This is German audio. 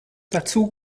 dazu